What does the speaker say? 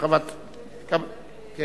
שלוש דקות.